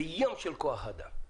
וים של כוח אדם.